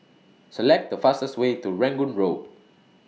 Select The fastest Way to Rangoon Road